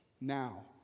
now